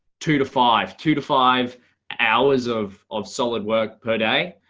two to five, two to five hours of of solid work per day,